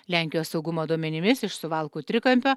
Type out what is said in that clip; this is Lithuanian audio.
lenkijos saugumo duomenimis iš suvalkų trikampio